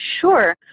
Sure